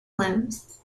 limbs